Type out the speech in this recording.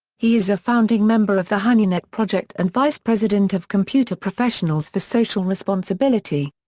he is a founding member of the honeynet project and vice president of computer professionals for social responsibility.